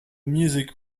music